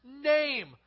name